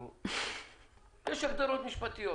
--- יש הגדרות משפטיות